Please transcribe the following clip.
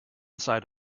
side